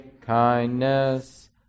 kindness